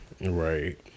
Right